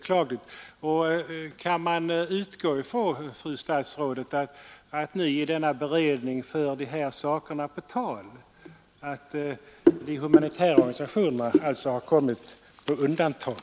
Kan man utgå från, fru statsråd, att Ni i denna beredning för dessa saker på tal — att de humanitära organisationerna har kommit på undantag?